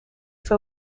fue